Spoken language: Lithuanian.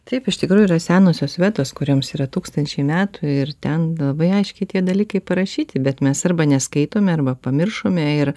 taip iš tikrųjų yra senosios vetos kurioms yra tūkstančiai metų ir ten labai aiškiai tie dalykai parašyti bet mes arba neskaitome arba pamiršome ir